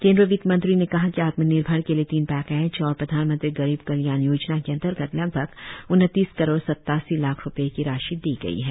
केंद्रीय वित्तमंत्री ने कहा कि आत्मनिर्भर के लिए तीन पैकेज और प्रधानमंत्री गरीब कल्याण योजना के अंतर्गत लगभग उन्तिस करोड सत्तासी लाख रुपये की राशि दी गई है